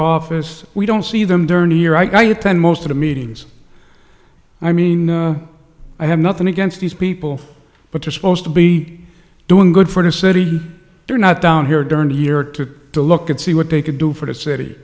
office we don't see them dernier i tend most of the meetings i mean i have nothing against these people but they're supposed to be doing good for the city they're not down here during the year to to look at see what they could do for the